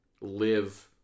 live